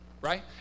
right